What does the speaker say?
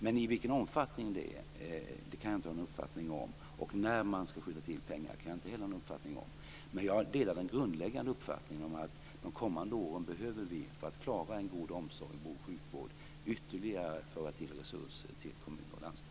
Men i vilken omfattning det skall ske kan jag inte ha någon uppfattning om, och när man skall skjuta till pengar kan jag inte heller ha någon uppfattning om. Jag delar dock den grundläggande uppfattningen att vi de kommande åren för att klara vård och omsorg och en god sjukvård behöver föra till ytterligare resurser till kommuner och landsting.